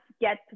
get